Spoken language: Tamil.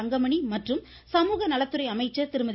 தங்கமணி மற்றும் சமூகநலத்துறை அமைச்சர் திருமதி